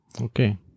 Okay